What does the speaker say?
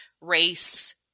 race